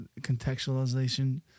Contextualization